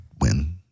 win